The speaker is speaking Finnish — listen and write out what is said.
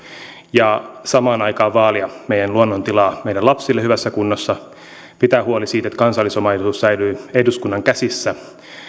ja samaan aikaan vaalimaan meidän luonnon tilaa meidän lapsille hyvässä kunnossa pitämään huoli siitä että kansallisomaisuus säilyy eduskunnan käsissä